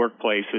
workplaces